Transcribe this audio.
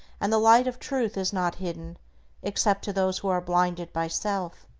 and the light of truth is not hidden except to those who are blinded by self.